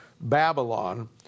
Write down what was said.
Babylon